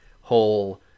whole